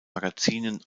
magazinen